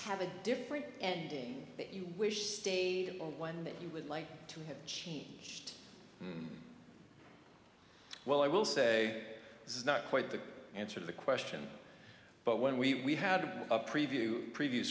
have a different ending that you wish state or one that you would like to have changed well i will say this is not quite the answer to the question but when we had a preview previ